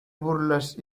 burlas